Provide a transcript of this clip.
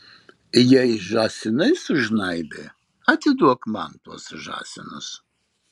jei žąsinai sužnaibė atiduok man tuos žąsinus